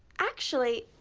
actually,